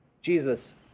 Jesus